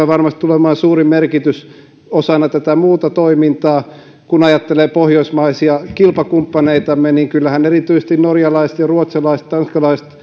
varmasti tulee olemaan suuri merkitys osana muuta toimintaa kun ajattelee pohjoismaisia kilpakumppaneitamme niin kyllähän erityisesti norjalaiset ruotsalaiset ja tanskalaiset